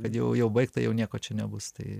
kad jau jau baigta jau nieko čia nebus tai